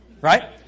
right